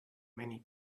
many